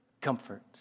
Comfort